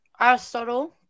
Aristotle